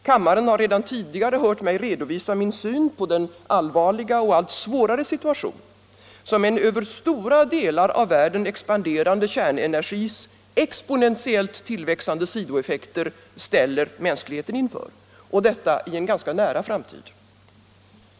Kammaren har redan tidigare hört mig redovisa min syn på den allvarliga och allt svårare situation som en över stora delar av världen expanderande kärnenergis exponentiellt tillväxande sidoeffekter ställer mänskligheten inför, och detta i en ganska nära framtid.